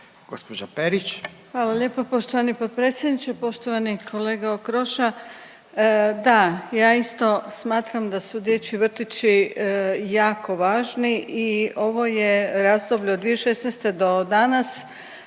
Grozdana (HDZ)** Hvala lijepa poštovani potpredsjedniče, poštovani kolega Okroša. Da ja isto smatram da su dječji vrtići jako važni i ovo je razdoblje od 2016. do danas